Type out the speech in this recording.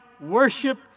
worship